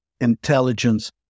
intelligence